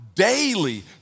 Daily